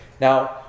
Now